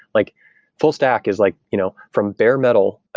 like full stack is like you know from bare metal,